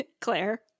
Claire